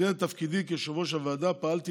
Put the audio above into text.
במסגרת תפקידי כיושב-ראש הוועדה פעלתי